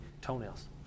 toenails